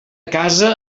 casa